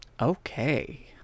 Okay